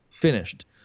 finished